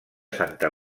santa